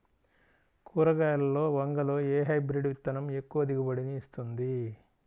కూరగాయలలో వంగలో ఏ హైబ్రిడ్ విత్తనం ఎక్కువ దిగుబడిని ఇస్తుంది?